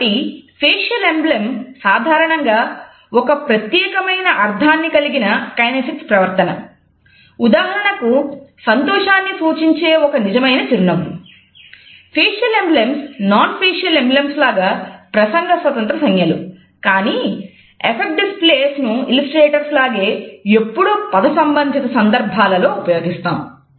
కాబట్టి facial emblem లాగే ఎప్పుడూ పద సంబంధిత సందర్భాలలో ఉపయోగిస్తాము